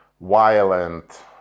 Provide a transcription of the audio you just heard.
violent